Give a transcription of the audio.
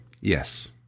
Yes